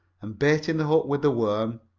and baiting the hook with a worm,